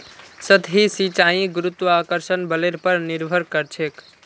सतही सिंचाई गुरुत्वाकर्षण बलेर पर निर्भर करछेक